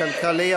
הכלכלי,